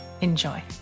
Enjoy